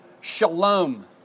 shalom